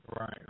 Right